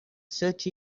search